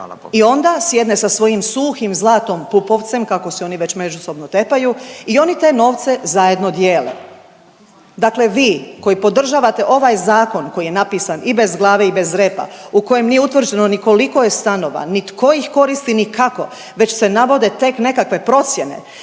i onda sjedne sa svojim suhim zlatom Pupovcem kao si oni već međusobno tepaju i oni te novce zajedno dijele. Dakle, vi koji podržavate ovaj zakon koji je napisan i bez glave i bez repa u kojem nije utvrđeno ni koliko je stanova, ni tko ih koristi, ni kako već se navode tek nekakve procjene